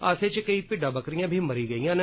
हादसे च केईं भिड्डा बकरियां बी मरी गेइयां न